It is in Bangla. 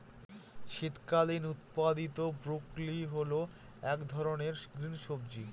শীতকালীন উৎপাদীত ব্রোকলি হল এক ধরনের গ্রিন সবজি